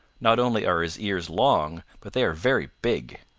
not only are his ears long, but they are very big.